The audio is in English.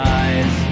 eyes